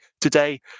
today